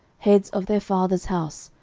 heads of their father's house,